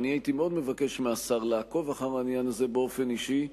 הייתי מאוד מבקש מהשר לעקוב אחר העניין הזה באופן אישי,